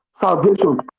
salvation